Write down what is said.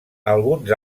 alguns